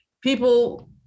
people